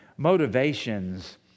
motivations